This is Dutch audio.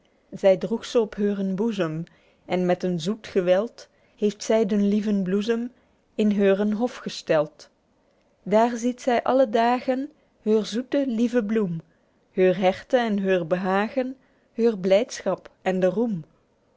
zy droeg ze op heuren boezem en met een zoet geweld heeft zy den lieven bloesem in heuren hof gesteld daer ziet zy alle dagen heur zoete lieve bloem heur herte en heur behagen heur blydschap ende roem